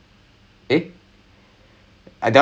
oh eh no no no நான்:naan